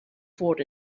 forward